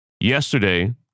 yesterday